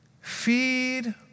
Feed